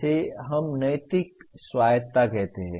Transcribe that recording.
इसे हम नैतिक स्वायत्तता कहते हैं